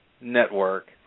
network